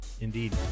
indeed